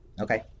okay